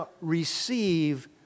receive